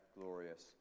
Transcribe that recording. glorious